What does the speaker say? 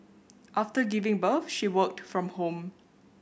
after giving birth she worked from home